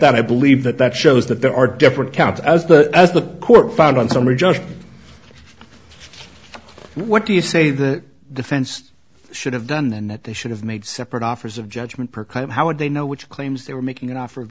that i believe that that shows that there are different counts as the as the court found on summary just what do you say that the fenced should have done then that they should have made separate offers of judgment per kind of how would they know which claims they were making an